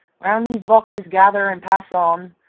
round these boxes gather and pass on,